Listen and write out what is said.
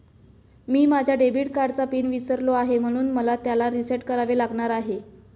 मी माझ्या डेबिट कार्डचा पिन विसरलो आहे म्हणून मला त्याला रीसेट करावे लागणार आहे